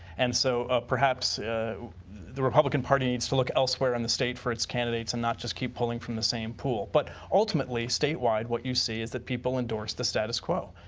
and so ah perhaps the republican party needs to look elsewhere in the state for its candidates and not just keep pulling from the same pool. but ultimately, statewide what you see is people endorse the status quo.